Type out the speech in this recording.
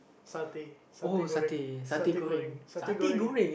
satay satay Goreng satay Goreng satay Goreng